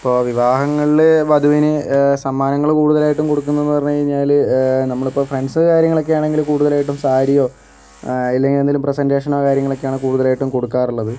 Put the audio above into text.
ഇപ്പോൾ വിവാഹങ്ങളില് വധുവിന് സമ്മാനങ്ങൾ കൂടുതലായിട്ടും കൊടുക്കുന്നതെന്ന് പറഞ്ഞു കഴിഞ്ഞാല് നമ്മൾ ഇപ്പോൾ ഫ്രണ്ട്സ് കാര്യങ്ങളൊക്കെ ആണെങ്കില് കൂടുതലായിട്ടും സാരിയോ അല്ലെങ്കിൽ എന്തെങ്കിലും പ്രസൻറ്റേഷനോ കാര്യങ്ങളൊക്കെ ആണ് കൂടുതലായിട്ടും കൊടുക്കാറുള്ളത്